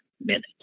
minutes